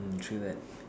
mm true that